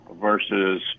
versus